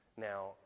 Now